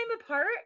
apart